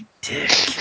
dick